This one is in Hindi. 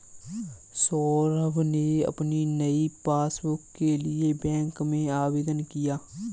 सौरभ ने अपनी नई पासबुक के लिए बैंक में आवेदन किया